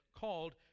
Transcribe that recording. called